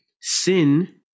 Sin